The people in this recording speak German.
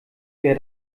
wer